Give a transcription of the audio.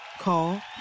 Call